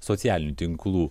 socialinių tinklų